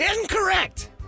Incorrect